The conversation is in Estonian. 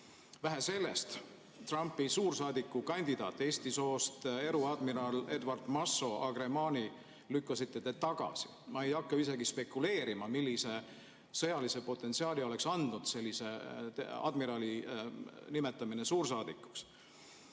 Vähe sellest, Trumpi suursaadikukandidaadi, Eesti soost eruadmirali Edward Massoagrément'i lükkasite te tagasi. Ma ei hakka isegi spekuleerima, millise sõjalise potentsiaali oleks andnud sellise admirali nimetamine suursaadikuks.